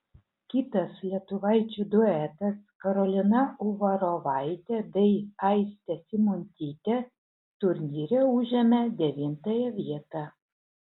kitas lietuvaičių duetas karolina uvarovaitė bei aistė simuntytė turnyre užėmė devintąją vietą